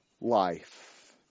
life